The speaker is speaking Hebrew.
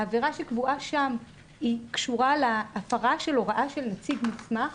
העבירה שקבועה שם קשורה להפרה של הוראה של נציג מוסמך